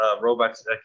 robots